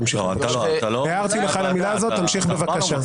תמשיך בבקשה.